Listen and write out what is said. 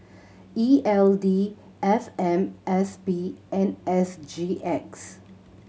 E L D F M S P and S G X